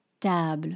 table